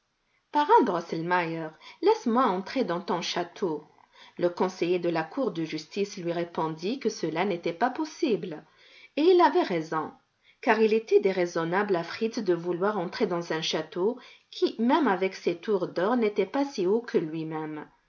parrain drosselmeier laisse-moi entrer dans ton château le conseiller de la cour de justice lui répondit que cela n'était pas possible et il avait raison car il était déraisonnable à fritz de vouloir entrer dans un château qui même avec ses tours d'or n'était pas si haut que lui-même